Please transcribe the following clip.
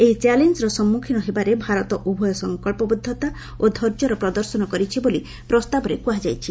ଏହି ଚ୍ୟାଲେଞ୍ଜର ସମ୍ମୁଖୀନ ହେବାରେ ଭାରତ ଉଭୟ ସଂକଳ୍ପବଦ୍ଧତା ଓ ଧର୍ଯ୍ୟର ପ୍ରଦର୍ଶନ କରିଛି ବୋଲି ପ୍ରସ୍ତାବରେ କୁହାଯାଇଛି